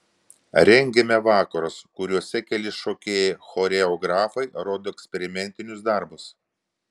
rengiame vakarus kuriuose keli šokėjai choreografai rodo eksperimentinius darbus